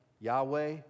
Yahweh